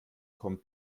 kommt